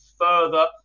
further